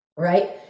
Right